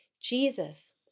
Jesus